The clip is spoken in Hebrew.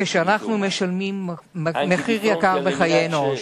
ושילמנו מחיר יקר בחיי אנוש.